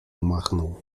machnął